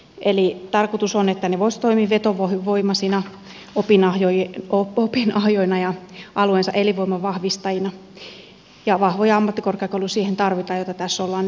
eli tarkoitus on että ne voisivat toimia vetovoimaisina opinahjoina ja alueensa elinvoiman vahvistajina ja vahvoja ammattikorkeakouluja siihen tarvitaan joita tässä ollaan nyt synnyttämässä